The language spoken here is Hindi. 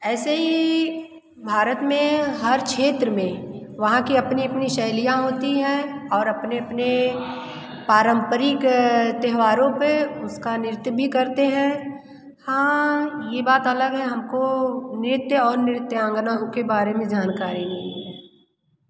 ऐसे ही भारत में हर क्षेत्र में वहाँ के अपनी अपनी शैलियाँ होती हैं और अपने अपने पारम्परिक त्योहारों पर उसका नृत्य भी करते हैं हाँ यह बात अलग है हमको नृत्य और नृत्यांगना के बारे में जानकारी नहीं है